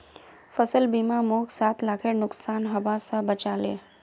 फसल बीमा मोक सात लाखेर नुकसान हबा स बचा ले